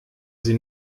sie